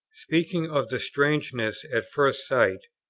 speaking of the strangeness at first sight,